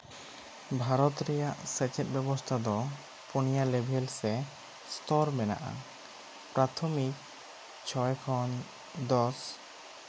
ᱵᱷᱟᱨᱚᱛ ᱨᱮᱭᱟᱜ ᱥᱮᱪᱮᱫ ᱵᱮᱵᱚᱥᱛᱟ ᱫᱚ ᱯᱩᱱᱭᱟᱹ ᱞᱮᱵᱮᱞ ᱥᱮ ᱥᱛᱚᱨ ᱢᱮᱱᱟᱜᱼᱟ ᱯᱨᱟᱛᱷᱚᱢᱤᱠ ᱪᱷᱚᱭ ᱠᱷᱚᱱ ᱫᱚᱥ